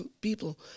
people